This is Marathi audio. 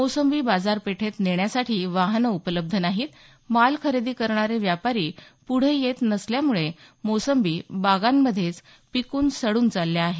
मोसंबी बाजारपेठेत नेन्यासाठी वाहन उपलब्ध नाहीत माल खरेदी करणारे व्यापारी पुढे येत नसल्यामुळे मोसंबी बागेतच पिकून सडून चालल्या आहेत